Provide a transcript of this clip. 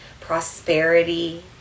prosperity